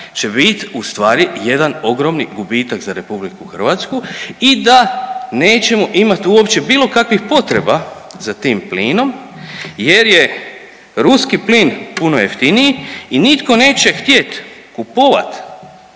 će biti ustvari jedan ogromni gubitak za Republiku Hrvatsku i da nećemo imati uopće bilo kakvih potreba za tim plinom jer je ruski plin puno jeftiniji i nitko neće htjeti kupovati